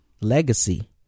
legacy